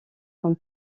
comme